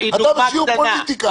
אתה בשיעור פוליטיקה.